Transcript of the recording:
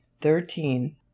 thirteen